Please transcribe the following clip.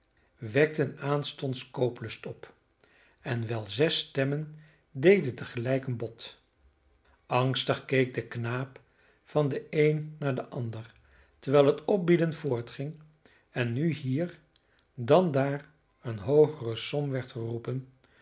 wekten aanstonds kooplust op en wel zes stemmen deden tegelijk een bod angstig keek de knaap van den een naar den ander terwijl het opbieden voortging en nu hier dan daar een hoogere som werd geroepen